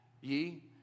ye